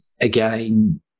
again